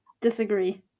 Disagree